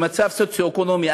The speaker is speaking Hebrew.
במצב סוציו-אקונומי,